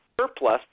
surplus